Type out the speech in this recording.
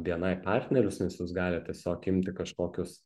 bni partnerius nes jūs galit tiesiog imti kažkokius